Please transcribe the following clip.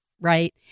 right